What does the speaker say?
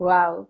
Wow